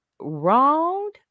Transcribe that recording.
wronged